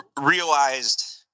realized